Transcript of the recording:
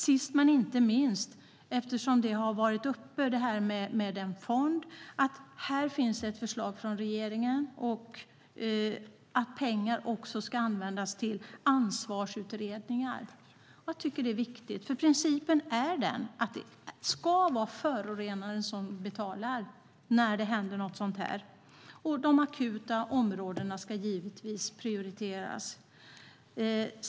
Sist men inte minst, eftersom det här med en fond har varit uppe, finns det ett förslag från regeringen att pengar också ska användas till ansvarsutredningar. Jag tycker att det är viktigt, för principen är att det ska vara förorenaren som betalar när det händer något sådant här. De akuta områdena ska givetvis prioriteras.